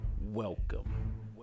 welcome